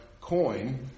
coin